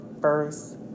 first